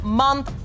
month